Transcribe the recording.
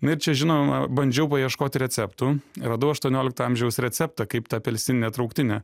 na ir čia žinoma bandžiau paieškoti receptų radau aštuoniolikto amžiaus receptą kaip ta apelsininė trauktinė